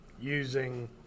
using